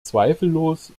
zweifellos